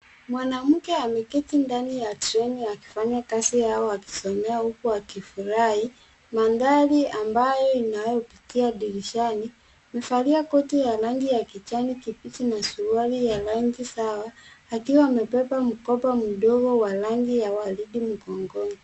Mwanamke ameketi ndani ya treni akifanya kazi au wakisomea huku akifurahi. Mandhari ambayo inayopitia dirishani, amevalia koti ya rangi ya kijani kibichi na suruali ya rangi sawa akiwa amebeba mkopa mdogo ya rangi ya waridi mgongoni.